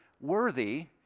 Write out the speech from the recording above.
worthy